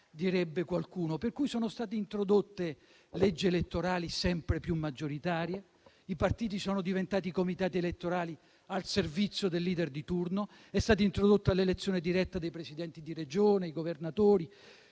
direbbe qualcuno. Per cui sono state introdotte leggi elettorali sempre più maggioritarie; i partiti sono diventati comitati elettorali al servizio del *leader* di turno; è stata introdotta l'elezione diretta dei Presidenti di Regione (i "governatori")